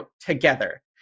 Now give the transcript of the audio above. together